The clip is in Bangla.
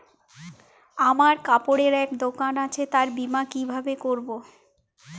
আমার কাপড়ের এক দোকান আছে তার বীমা কিভাবে করবো?